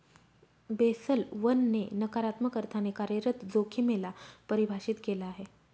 Basel one ने नकारात्मक अर्थाने कार्यरत जोखिमे ला परिभाषित केलं आहे